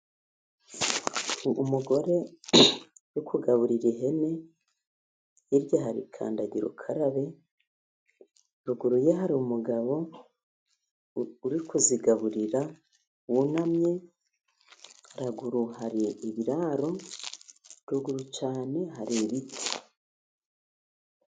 Umugore uri kugaburira ihene, hirya hari kandagirukarabe, ruguru ye hari umugabo uri kuzigaburira wunamye ,haraguru hari ibiraro ,ruguru cyane hari ibiti.